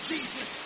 Jesus